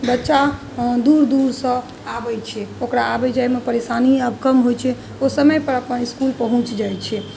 बच्चा दूर दूरसँ आबै छै ओकरा आबै जाइमे परेशानी आब कम होइ छै ओ समयपर अपन इसकुल पहुँच जाइ छै